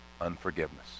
unforgiveness